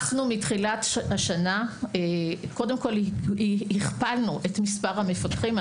מתחילת השנה הכפלנו את מספר המפקחים.